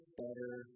better